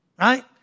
Right